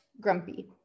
Grumpy